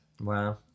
wow